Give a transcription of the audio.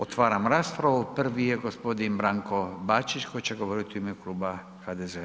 Otvaram raspravu, prvi je gospodin Branko Bačić koji će govoriti u ime Kluba HDZ-a.